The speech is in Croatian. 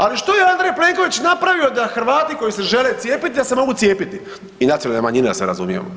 Ali što je Andrej Plenković napravio da Hrvati koji se žele cijepiti da se mogu cijepiti i nacionalne manjine da se razumijemo?